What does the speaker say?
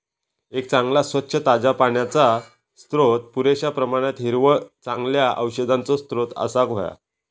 एक चांगला, स्वच्छ, ताज्या पाण्याचो स्त्रोत, पुरेश्या प्रमाणात हिरवळ, चांगल्या औषधांचो स्त्रोत असाक व्हया